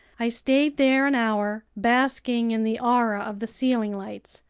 i stayed there an hour, basking in the aura of the ceiling lights,